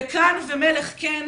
פקאן ומלך כן,